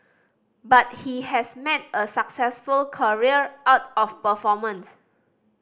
but he has a successful career out of performance